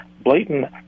blatant